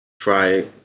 try